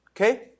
Okay